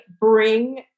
bring